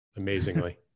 amazingly